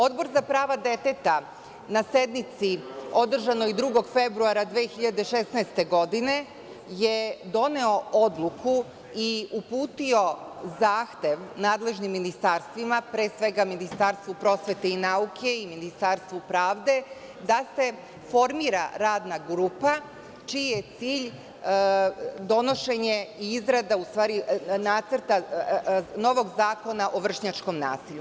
Odbor za prava deteta na sednici održanoj 2. februara 2016. godine je doneo odluku i uputio zahtev nadležnim ministarstvima, pre svega Ministarstvu prosvete i nauke i Ministarstvu pravde, da se formira radna grupa, čiji je cilj donošenje i izrada nacrta novog zakona o vršnjačkom nasilju.